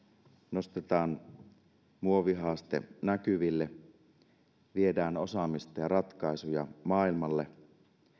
nostetaan muovihaaste näkyville viedään osaamista ja ratkaisuja maailmalle